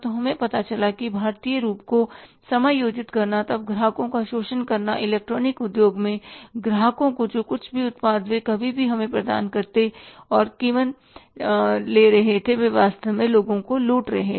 हमें पता चला कि भारतीय रूप को समायोजित करना तब ग्राहकों का शोषण करना इलेक्ट्रॉनिक उद्योग में ग्राहकों को जो कुछ भी उत्पाद वे कभी भी हमें प्रदान करते और कीमत से चार्ज करने तक वे वास्तव में लोगों को लूट रहे थे